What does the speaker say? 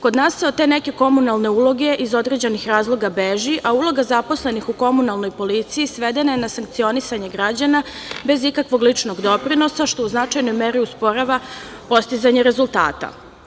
Kod nas se od te neke komunalne uloge iz određenih razloga beži, a uloga zaposlenih u komunalnoj policiji, svedena je na sankcionisanje građana, bez ikakvog ličnog doprinosa što u značajnoj meri usporava postizanje rezultata.